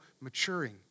maturing